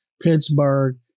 Pittsburgh